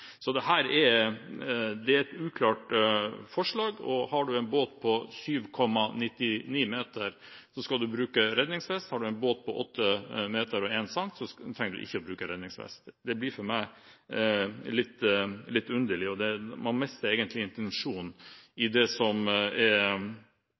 er et uklart forslag. Har man en båt på 7,99 meter, skal man bruke redningsvest. Har man en båt på 8,01 meter, trenger man ikke å bruke redningsvest. Det blir for meg litt underlig, og man mister det som forhåpentligvis egentlig er intensjonen i